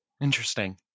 Interesting